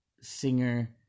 Singer